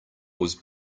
was